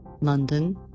London